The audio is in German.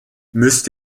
müsst